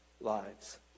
lives